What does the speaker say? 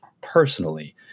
personally